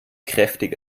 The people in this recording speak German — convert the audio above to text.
kräftig